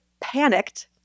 panicked